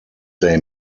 they